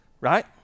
Right